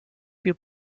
più